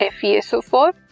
FeSO4